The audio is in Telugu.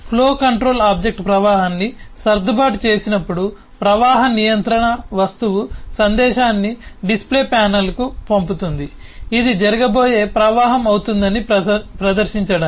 ఫ్లో కంట్రోల్ ఆబ్జెక్ట్ ప్రవాహాన్ని సర్దుబాటు చేసినప్పుడు ప్రవాహ నియంత్రణ వస్తువు సందేశాన్ని డిస్ప్లే ప్యానెల్కు పంపుతుంది ఇది జరగబోయే ప్రవాహం అవుతుందని ప్రదర్శించడానికి